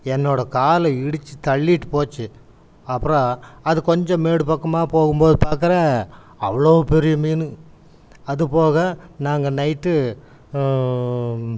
என்னோடய காலை இடிச்சி தள்ளிகிட்டு போச்சு அப்புறம் அது கொஞ்சம் மேடு பக்கமாக போகும் போது பார்க்கறேன் அவ்வளோ பெரிய மீன் அது போக நாங்கள் நைட்டு